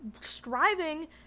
Striving